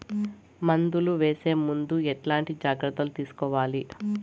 మందులు వేసే ముందు ఎట్లాంటి జాగ్రత్తలు తీసుకోవాలి?